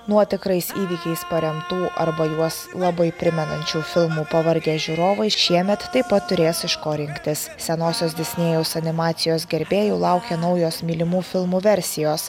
nuo tikrais įvykiais paremtų arba juos labai primenančių filmų pavargę žiūrovai šiemet taip pat turės iš ko rinktis senosios disnėjaus animacijos gerbėjų laukia naujos mylimų filmų versijos